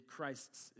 Christ's